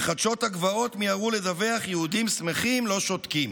ב"חדשות הגבעות" מיהרו לדווח: יהודים שמחים לא שותקים.